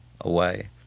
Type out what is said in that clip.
away